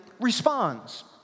responds